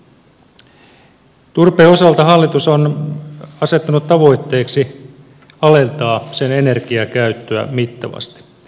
turpeen osalta hallitus on asettanut tavoitteeksi alentaa sen energiakäyttöä mittavasti